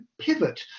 pivot